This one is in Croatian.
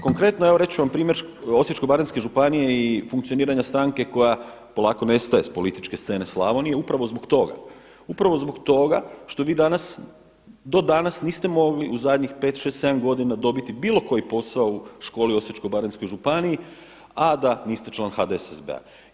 Konkretno evo reći ću vam primjer Osječko-baranjske županije i funkcioniranja stranke koja polako nestaje s političke scene Slavonije upravo zbog toga, upravo zbog toga što vi do danas niste mogli u zadnjih pet, šest, sedam godina dobiti bilo koji posao u školi u Osječko-baranjskoj županiji a da niste član HDSSB-a.